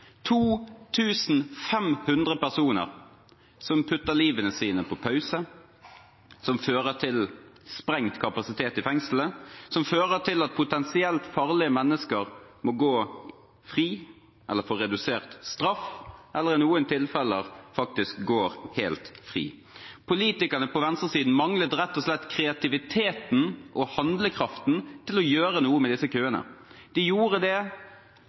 500 personer som setter livene sine på pause, som fører til sprengt kapasitet i fengselet, som fører til at potensielt farlige mennesker må gå fri, få redusert straff eller i noen tilfeller faktisk går helt fri. Politikerne på venstresiden manglet rett og slett kreativiteten og handlekraften til å gjøre noe med disse køene. De gjorde det